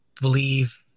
believe